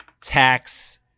tax